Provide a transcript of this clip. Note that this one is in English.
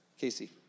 Casey